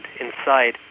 inside